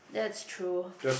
that's true